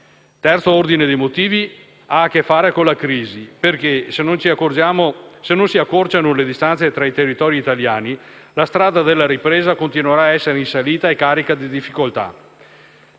terzo ordine di motivi ha a che fare con la crisi. Se non si accorciano, infatti, le distanze tra i territori italiani, la strada della ripresa continuerà a essere in salita e carica di difficoltà.